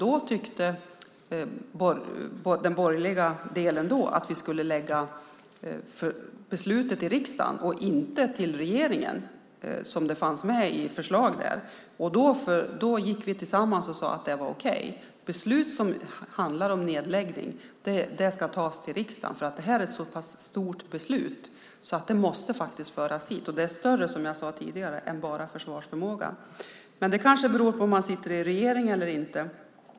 Då tyckte nämligen den borgerliga oppositionen att vi skulle lägga beslutet hos riksdagen och inte hos regeringen. Det var det förslag som fanns, och vi gick samman och sade att det var okej. Beslut som handlar om nedläggningar ska fattas av riksdagen eftersom det är fråga om så pass stora förändringar. Som jag sade tidigare omfattar det mer än bara försvarsförmågan. När i tiden man tycker en viss sak beror kanske på om man sitter i regeringen eller inte.